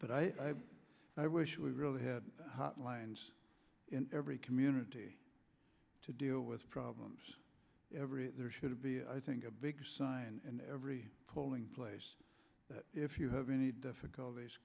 but i i wish we really had hotlines in every community to deal with problems every there should be i think a big sigh and every polling place if you have any difficult